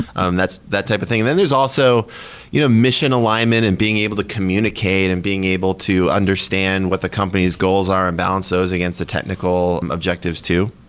um that type of thing then there's also you know mission alignment and being able to communicate and being able to understand what the company's goals are an balance those against the technical objectives too.